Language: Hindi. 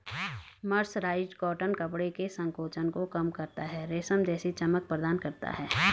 मर्सराइज्ड कॉटन कपड़े के संकोचन को कम करता है, रेशम जैसी चमक प्रदान करता है